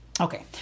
Okay